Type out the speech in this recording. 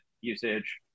usage